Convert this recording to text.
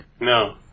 No